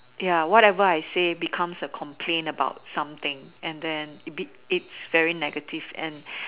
ya whatever I say becomes a complaint about something and then it be it's very negative and